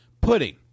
Pudding